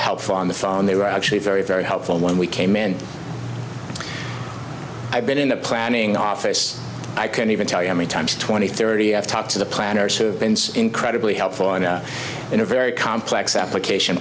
helpful on the phone they were actually very very helpful when we came in i've been in the planning office i can't even tell you how many times twenty thirty i've talked to the planners have been incredibly helpful and in a very complex application